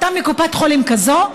אתה מקופת חולים זו,